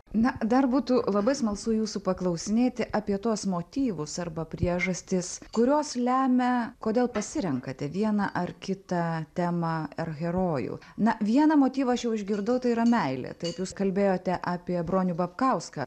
na dar būtų labai smalsu jūsų paklausinėti apie tuos motyvus arba priežastis kurios lemia kodėl pasirenkate vieną ar kitą temą ar herojų na vieną motyvą aš jau išgirdau tai yra meilė taip jūs kalbėjote apie bronių babkauską